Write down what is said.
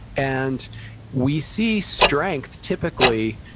and we see strength, typically,